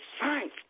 science